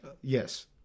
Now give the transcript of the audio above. Yes